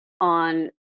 on